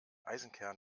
eisenkern